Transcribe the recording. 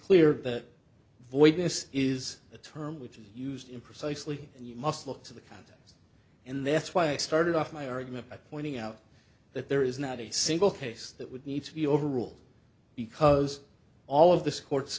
clear that void this is a term which is used in precisely and you must look to the context and that's why i started off my argument by pointing out that there is not a single case that would need to be overruled because all of this court